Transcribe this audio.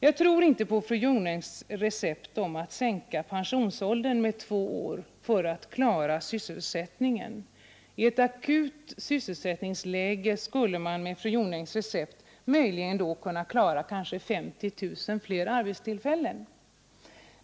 Jag tror inte på fru Jonängs recept att sänka pensionsåldern med två år för att klara sysselsättningen. I ett akut sysselsättningsläge skulle man med fru Jonängs recept möjligen kunna åstadkomma kanske 50 000 fler arbetstillfällen.